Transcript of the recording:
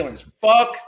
Fuck